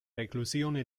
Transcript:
reclusione